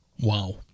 Wow